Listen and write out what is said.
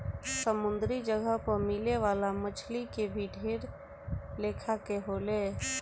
समुंद्री जगह पर मिले वाला मछली के भी ढेर लेखा के होले